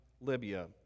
Libya